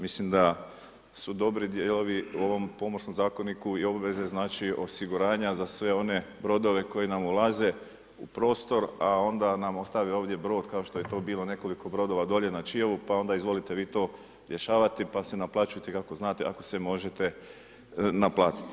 Mislim da su dobri dijelovi u Pomorskom zakoniku i obveze osiguranja za sve one brodove koji nam ulaze u prostor, a onda nam ostave brod kao što je to bilo nekoliko brodova dolje na Čiovu pa onda izvolite vi to rješavati, pa se naplaćujte kako znate ako se možete naplatiti.